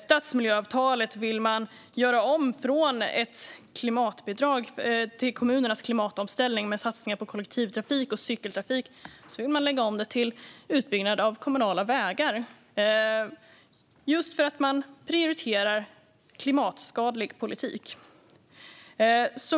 Stadsmiljöavtalen vill de göra om från att vara klimatbidrag till kommunernas klimatomställning med satsningar på kollektivtrafik och cykeltrafik till att användas för utbyggnad av kommunala vägar, just för att de prioriterar klimatskadlig politik.